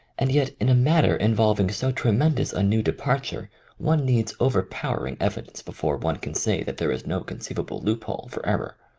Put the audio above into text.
and yet in a matter involving so tremendous a new departure one needs overpowering evidence before one can say that there is no conceivable loophole for error.